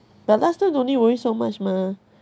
but last time no need worry so much mah